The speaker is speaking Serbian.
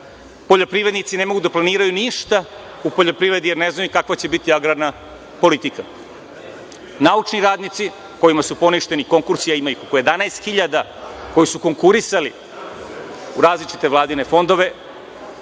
Poljoprivrednici ne mogu da planiraju ništa u poljoprivredi jer ne znaju kakva će biti agrarna politika. Naučni radnici, kojima su poništeni konkursi, a ima ih oko 11 hiljada, koji su konkurisali u različite vladine fondove,